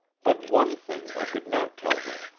but one thing i could not tell her.